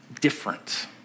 different